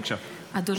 בבקשה,